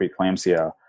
preeclampsia